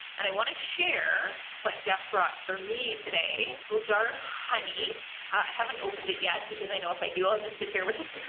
and i want to share what jeff brought for me today. a and little jar of honey. i haven't opened it yet, because i know if i do, i'll just sit here with